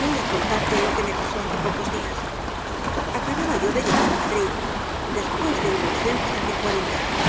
voy á contarte lo que me pasó hace pocos días acababa yo de llegar á madrid después de una ausencia de cuarenta años